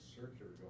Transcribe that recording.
circular